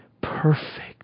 perfect